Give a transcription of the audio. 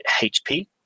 hp